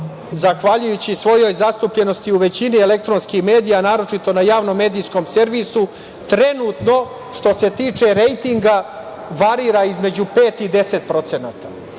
zahvaljujući svojoj zastupljenosti u većini elektronskih medija, a naročito na javnom medijskom servisu, trenutno što se tiče rejtinga varira između 5% i 10%.Dakle,